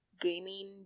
gaming